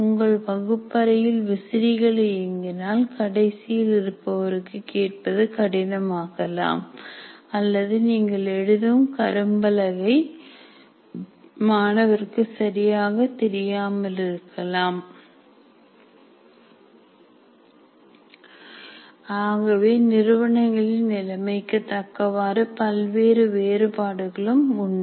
உங்கள் வகுப்பறையில் விசிறிகள் இயங்கினால் கடைசியில் இருப்பவருக்கு கேட்பது கடினமாகலாம் அல்லது நீங்கள் எழுதும் கரும்பலகை மாணவர்க்கு சரியாக தெரியாமலிருக்கலாம் ஆகவே நிறுவனங்களில் நிலைமைக்கு தக்கவாறு பல்வேறு வேறுபாடுகள் உண்டு